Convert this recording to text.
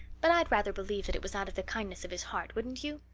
but i'd rather believe that it was out of the kindness of his heart, wouldn't you?